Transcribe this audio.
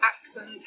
accent